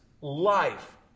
life